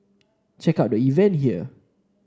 check out the event here